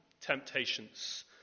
temptations